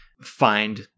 find